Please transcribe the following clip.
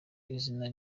izina